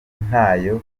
ntayo